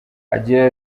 agira